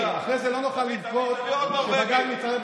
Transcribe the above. חברי כנסת שהטיפו שנים, שנים, מצער אותך.